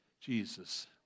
Jesus